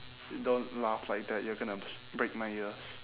don't laugh like that you're gonna b~ break my ears